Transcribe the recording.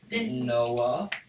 Noah